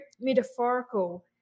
metaphorical